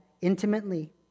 intimately